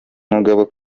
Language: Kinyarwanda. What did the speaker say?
mugabo